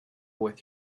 with